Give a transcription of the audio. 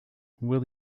will